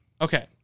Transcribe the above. Okay